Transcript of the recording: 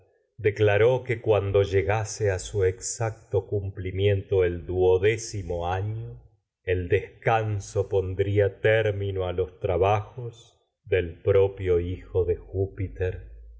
declaró que cuando llegase a to exac cumplimiento el duodécimo a año el descanso pondría término los trabajos del propio hijo de júpiter